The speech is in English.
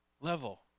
level